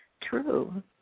true